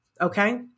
Okay